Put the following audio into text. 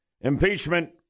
impeachment